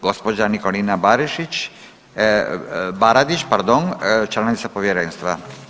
Gđa. Nikolina Barišić, Baradić, pardon, članica Povjerenstva.